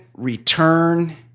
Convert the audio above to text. Return